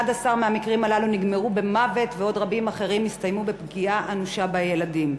11 מהמקרים הללו נגמרו במוות ורבים אחרים הסתיימו בפגיעה אנושה בילדים.